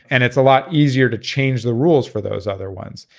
and it's a lot easier to change the rules for those other ones.